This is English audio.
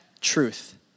truth